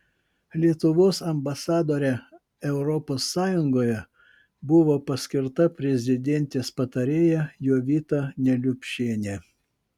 lietuvos ambasadore europos sąjungoje buvo paskirta prezidentės patarėja jovita neliupšienė